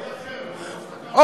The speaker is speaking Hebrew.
לא.